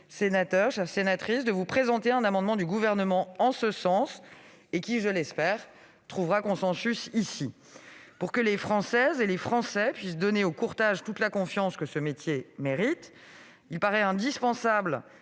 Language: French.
J'aurai l'occasion de vous présenter un amendement du Gouvernement en ce sens ; j'espère qu'il trouvera consensus ici. Pour que les Françaises et les Français puissent donner au courtage toute la confiance que ce métier mérite, il paraît indispensable